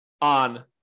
on